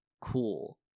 cool